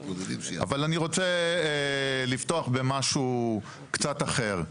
אבל אני רוצה לפתוח במשהו קצת אחר.